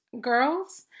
girls